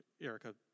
Erica